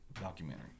documentary